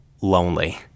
lonely